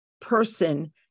person